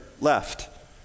left